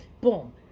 Boom